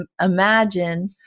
imagine